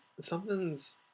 something's